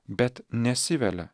bet nesivelia